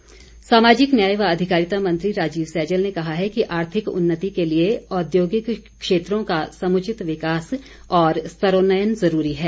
सैजल सामाजिक न्याय व अधिकारिता मंत्री राजीव सैजल ने कहा है कि आर्थिक उन्नति के लिए औद्योगिक क्षेत्रों का समुचित विकास और स्तरोन्नयन जरूरी है